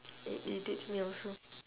it irritates me also